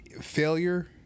failure